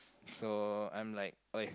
so I'm like [oi]